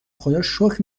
خداروشکر